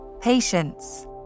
patience